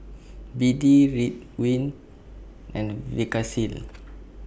B D Ridwind and Vagisil